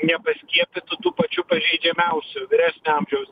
nepaskiepytų tų pačių pažeidžiamiausių vyresnio amžiaus